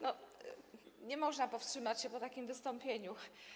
Nie można powstrzymać się po takim wystąpieniu.